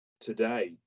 today